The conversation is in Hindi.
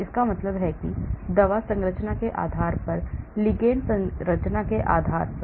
इसका मतलब है कि दवा संरचना के आधार पर लिगैंड संरचना के आधार पर